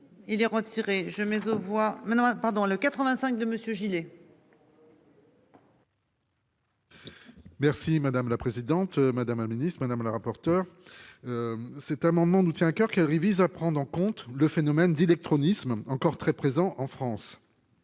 on voit maintenant pendant le 85 de Monsieur Gillet. Merci madame la présidente madame administre madame la rapporteure. Cet amendement nous tient à coeur qu'elle révise à prendre en compte le phénomène d'illectronisme encore très présent en France.